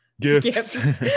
gifts